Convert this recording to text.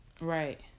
Right